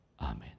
Amen